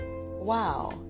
wow